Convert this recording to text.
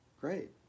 great